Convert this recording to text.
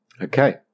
Okay